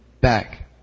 back